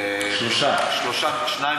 שלושה.